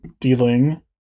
Dealing